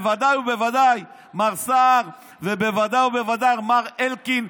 בוודאי ובוודאי מר סער ובוודאי ובוודאי מר אלקין,